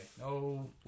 No